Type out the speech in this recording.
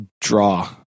draw